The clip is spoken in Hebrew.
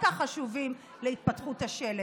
שכל כך חשובים להתפתחות השלד.